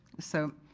so,